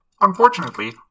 Unfortunately